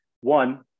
one